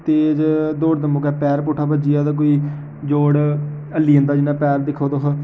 तेज़ दौड़दे मौके पैर पुट्ठा भ'ज्जी जा ते कोई जोड़ हल्ली जंदा जि'यां पैर दिक्खो तुस